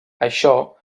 això